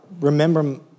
remember